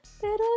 Pero